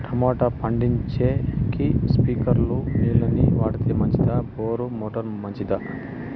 Tomato పండించేకి స్ప్రింక్లర్లు నీళ్ళ ని వాడితే మంచిదా బోరు మోటారు మంచిదా?